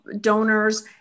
donors